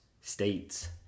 states